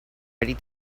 ready